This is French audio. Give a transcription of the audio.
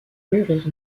mûrir